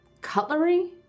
cutlery